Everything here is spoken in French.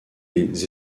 les